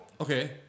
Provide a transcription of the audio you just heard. Okay